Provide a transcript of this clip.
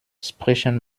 sprechen